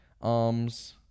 arms